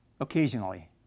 occasionally